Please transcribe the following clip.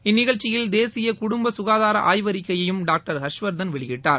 இந்நிகழ்ச்சியில் தேசிய குடும்ப சுகாதார ஆய்வறிக்கையையும் டாக்டர் ஹர்ஷ்வர்தன் வெளியிட்டார்